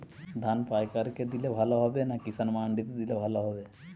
ধান পাইকার কে দিলে ভালো হবে না কিষান মন্ডিতে দিলে ভালো হবে?